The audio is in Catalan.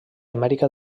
amèrica